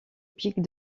pic